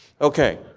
Okay